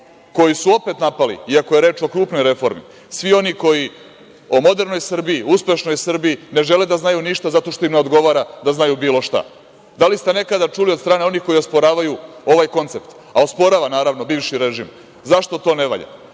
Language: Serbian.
koji su opet napali, iako je reč o krupnoj reformi, svi oni koji o modernoj Srbiji, uspešnoj Srbiji ne žele da znaju ništa, zato što im ne odgovara da znaju bilo šta. Da li ste nekada čuli od strane onih koji osporavaju ovaj koncept, a osporava, naravno, bivši režim, zašto to ne valja?